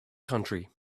country